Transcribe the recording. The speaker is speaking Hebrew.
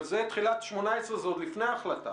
אבל בתחילת 2018. זה עוד לפני ההחלטה.